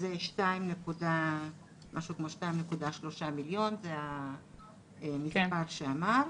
זה משהו כמו 2.3 מיליון, זה המספר שאמרת.